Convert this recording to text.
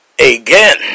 Again